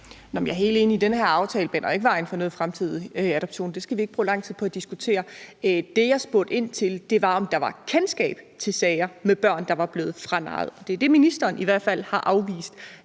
Jeg er helt enig i, at den her aftale ikke baner vejen for fremtidige adoptioner – det skal vi ikke bruge lang tid på at diskutere. Det, jeg spurgte ind til, var, om der var kendskab til sager med børn, der var blevet franarret fra deres forældre, og det er det, ministeren i hvert fald har afvist.